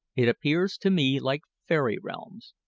it appears to me like fairy realms.